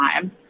time